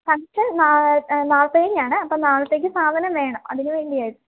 function നാളത്ത കഴിഞ്ഞാണെ അപ്പം നാളത്തേക്ക് സാധനം വേണം അതിന് വേണ്ടിയായിരുന്നു